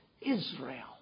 Israel